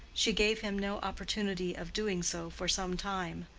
she gave him no opportunity of doing so for some time.